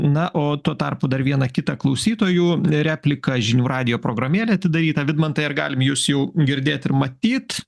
na o tuo tarpu dar vieną kitą klausytojų repliką žinių radijo programėlė atidaryta vidmantai ar galim jus jau girdėt ir matyt